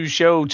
show